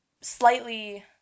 slightly